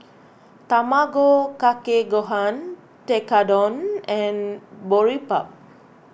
Tamago Kake Gohan Tekkadon and Boribap